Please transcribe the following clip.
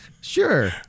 sure